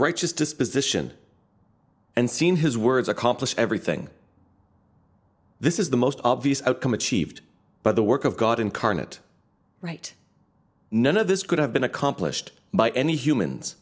righteous disposition and seen his words accomplish everything this is the most obvious outcome achieved by the work of god incarnate right none of this could have been accomplished by any humans